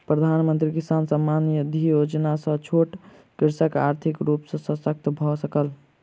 प्रधानमंत्री किसान सम्मान निधि योजना सॅ छोट कृषक आर्थिक रूप सॅ शशक्त भअ सकल